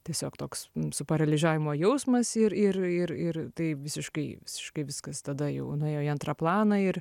tiesiog toks suparalyžiavimo jausmas ir ir ir ir tai visiškai visiškai viskas tada jau nuėjo į antrą planą ir